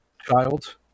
child